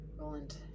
Roland